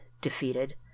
defeated